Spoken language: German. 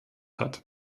hat